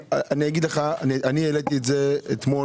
אבל אני אגיד לך שאני העליתי את הסיפור אתמול